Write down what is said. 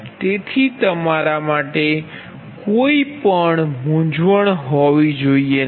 તેથી તમારા માટે કોઈ મૂંઝવણ હોવી જોઈએ નહીં